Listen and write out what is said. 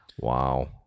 Wow